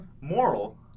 moral